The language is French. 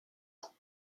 ans